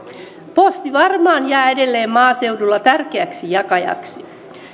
posti varmaan jää edelleen maaseudulla tärkeäksi jakajaksi